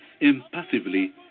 impassively